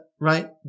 right